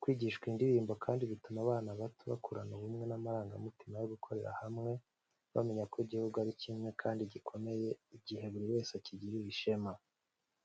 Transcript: Kwigishwa iyi ndirimbo kandi bituma abana bato bakurana ubumwe n’amarangamutima yo gukorera hamwe, bamenya ko igihugu ari kimwe kandi gikomeye igihe buri wese akigirira ishema.